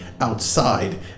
outside